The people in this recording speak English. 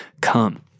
come